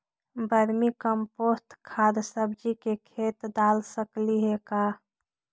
Vermi compost खाद सब्जी के खेत दाल सकली हे का?